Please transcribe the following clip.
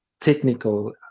technical